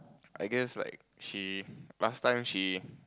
I guess like she last time she